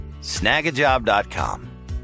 Snagajob.com